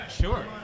Sure